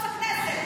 נא לסיים.